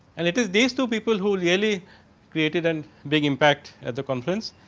and it is these to people, who really creative then big impact at the conference.